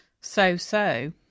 so-so